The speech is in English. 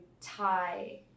tie